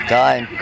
time